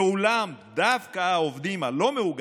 ואולם, דווקא העובדים הלא-מאוגדים,